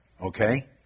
Okay